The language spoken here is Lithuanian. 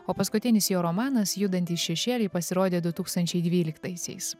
o paskutinis jo romanas judantys šešėliai pasirodė du tūkstančiai dvyliktaisiais